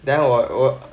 then 我我